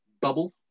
bubble